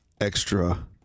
extra